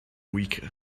weaker